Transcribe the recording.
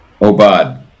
Obad